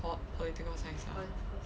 po~ political science ah